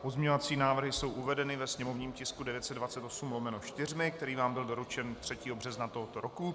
Pozměňovací návrhy jsou uvedeny ve sněmovním tisku 928/4, který vám byl doručen 3. března tohoto roku.